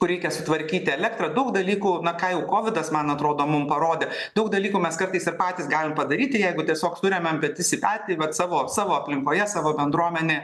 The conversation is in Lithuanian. kur reikia sutvarkyti elektrą daug dalykų na ką jau kovidas man atrodo mum parodė daug dalykų mes kartais ir patys galim padaryti jeigu tiesiog suremiam petis į petį vat savo savo aplinkoje savo bendruomenę